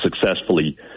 Successfully